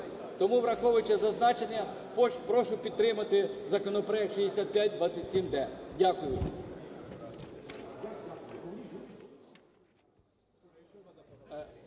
Тому, враховуючи зазначене, прошу підтримати законопроект 6527-д. Дякую.